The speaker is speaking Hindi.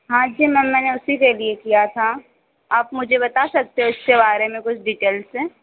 हाँ जी मैम मैंने उसे के लिए किया था आप मुझे बता सकते हो उसके बारे कुछ डिटेल से